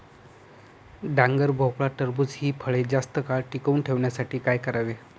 डांगर, भोपळा, टरबूज हि फळे जास्त काळ टिकवून ठेवण्यासाठी काय करावे?